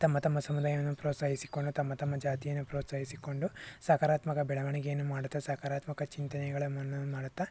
ತಮ್ಮ ತಮ್ಮ ಸಮುದಾಯವನ್ನು ಪ್ರೋತ್ಸಾಹಿಸಿಕೊಂಡು ತಮ್ಮ ತಮ್ಮ ಜಾತಿಯನ್ನು ಪ್ರೋತ್ಸಾಹಿಸಿಕೊಂಡು ಸಕಾರಾತ್ಮಕ ಬೆಳವಣಿಗೆಯನ್ನು ಮಾಡುತ್ತಾ ಸಕಾರಾತ್ಮಕ ಚಿಂತನೆಗಳನ್ನು ಮಾಡುತ್ತಾ